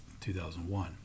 2001